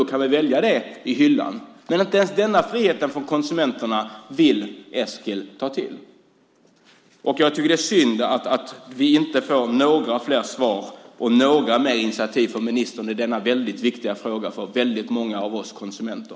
Då kan vi välja det i hyllan. Men inte ens denna frihet för konsumenterna vill Eskil medverka till. Jag tycker att det är synd att vi inte får några fler svar och några mer initiativ från ministern i denna väldigt viktiga fråga för väldigt många av oss konsumenter.